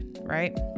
right